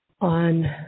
on